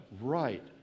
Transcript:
Right